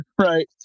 Right